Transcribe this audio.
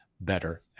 better